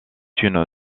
une